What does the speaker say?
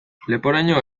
leporaino